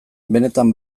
benetan